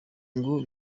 ngo